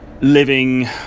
living